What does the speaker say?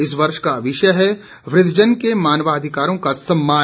इस वर्ष का विषय है वृद्दजन के मानवाधिकारों का सम्मान